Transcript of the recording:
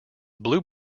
blue